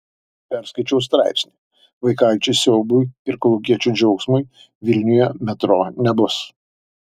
perskaičiau straipsnį vaikaičių siaubui ir kolūkiečių džiaugsmui vilniuje metro nebus